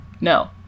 No